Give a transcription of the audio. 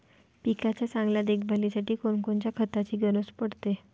पिकाच्या चांगल्या देखभालीसाठी कोनकोनच्या खताची गरज पडते?